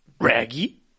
Raggy